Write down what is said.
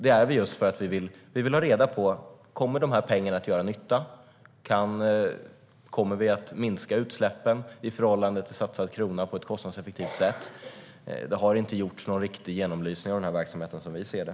Det är vi just därför att vi vill ha reda på om de här pengarna kommer att göra nytta och om vi kommer att minska utsläppen i förhållande till satsad krona på ett kostnadseffektivt sätt. Det har inte gjorts någon riktig genomlysning av verksamheten, som vi ser det.